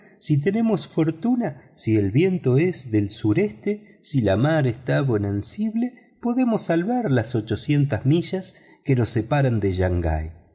si tenemos fortuna si el viento es del sureste si la mar está bonancible podemos salvar las ochocientas millas que nos separan de shangai